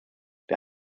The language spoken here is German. wir